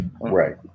Right